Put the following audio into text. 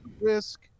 risk